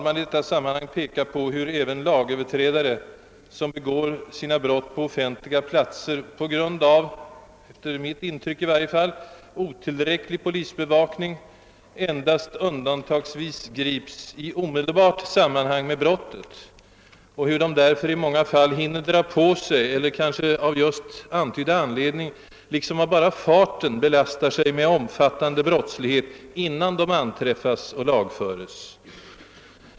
I detta sammanhang vill jag peka på hur även lagöverträdare, som begår sina brott på offentliga platser på grund av otillräcklig polisbevakning endast undantagsvis gripes i omedelbart sammanhang med brottet — i varje fall är detta mitt intryck — och hur de därför i många fall hinner dra på sig eller kanske just av antydd anledning liksom av bara farten belastar sig med omfattande brottslighet, innan man hinner anträffa och lagföra dem.